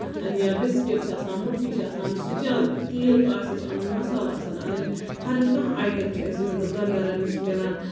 یا بِسکِٹ چھُ آسان مُٹھی چھِ آسان سُہ تہِ چھُ حظ تیٖل آسٮ۪س اَنُن مَسالہٕ آسَن اَنٕنۍ ہَر کانہہ آیٹَم چھُ اَسہِ یِمَن دُکان دارَن نِش مِلان